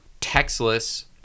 Textless